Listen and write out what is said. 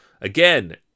Again